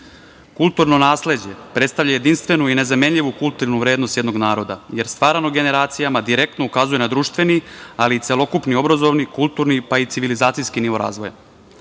Srbije. Kulturno nasleđe predstavlja jedinstvenu i nezamenljivu kulturnu vrednost jednog naroda, jer stvarano generacijama direktno ukazuje na društveni, ali i celokupni obrazovni, kulturni, pa i civilizacijski nivo razvoja. Često